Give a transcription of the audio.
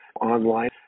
online